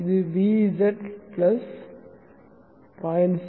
இது Vz 0